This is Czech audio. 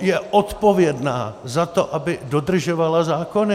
je odpovědná za to, aby dodržovala zákony.